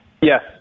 Yes